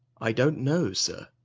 i don't know, sir.